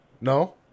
No